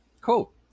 Cool